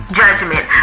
judgment